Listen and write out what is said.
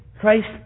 Christ